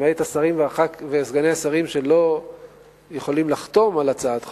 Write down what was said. למעט השרים וסגני השרים שלא יכולים לחתום על הצעת חוק,